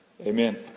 Amen